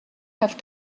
have